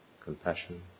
compassion